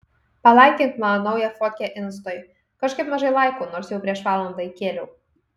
palaikink mano naują fotkę instoj kažkaip mažai laikų nors jau prieš valandą įkėliau